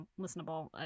listenable